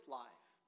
life